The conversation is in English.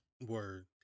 Word